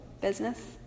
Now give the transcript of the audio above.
business